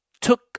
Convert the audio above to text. took